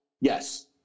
Yes